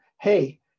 hey